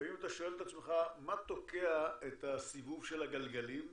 לפעמים אתה שואל את עצמך מה תוקע את הסיבוב של הגלגלים,